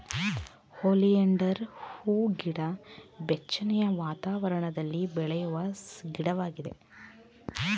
oleander ಹೂಗಿಡ ಬೆಚ್ಚನೆಯ ವಾತಾವರಣದಲ್ಲಿ ಬೆಳೆಯುವ ಗಿಡವಾಗಿದೆ